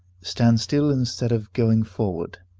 stand still instead of going forward?